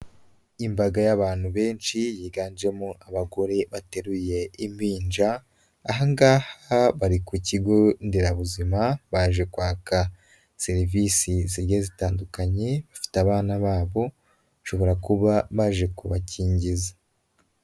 Imbaga y'abantu benshi yiganjemo abagore bateruye impinja, aha ngaha bari ku kigo nderabuzima baje kwaka serivisi zigiye zitandukanye, bafite abana babo bashobora kuba baje kubakingiza.